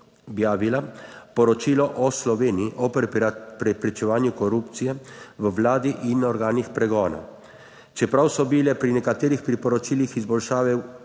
objavila poročilo o Sloveniji o preprečevanju korupcije v vladi in organih pregona. Čeprav so bile pri nekaterih priporočilih izboljšave